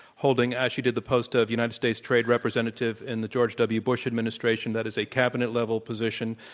holding as she did the post of united states trade representative in the george w. bush administration, that is a cabinet-level position.